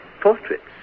portraits